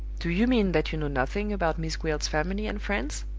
do you mean that you know nothing about miss gwilt's family and friends?